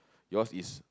yours is